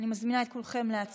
אני מזמינה את כולכם להצביע.